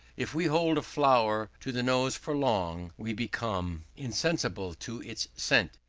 if we hold a flower to the nose for long, we become insensible to its scent.